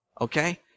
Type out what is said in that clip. Okay